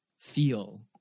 feel